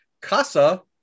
Casa